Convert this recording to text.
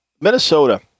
Minnesota